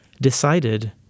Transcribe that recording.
decided